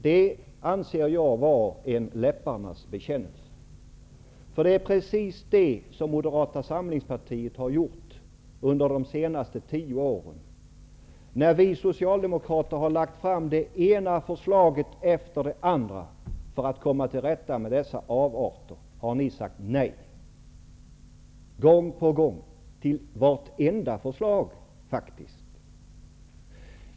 Det anser jag vara en läpparnas bekännelse, för det är precis vad Moderata samlingspartiet har gjort under de senaste 10 åren. När vi socialdemokrater har lagt fram det ena förslaget efter det andra för att komma till rätta med dessa avarter, då har ni sagt nej. Gång på gång, till vartenda förslag faktiskt.